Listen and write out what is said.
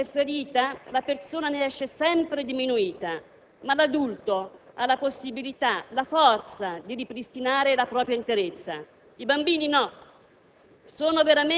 quando questa è ferita, la persona ne esce sempre diminuita. Ma l'adulto ha la possibilità, la forza di ripristinare la propria interezza, i bambini no,